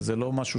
זה לא משהו